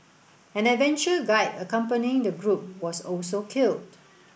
an adventure guide accompanying the group was also killed